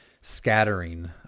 scattering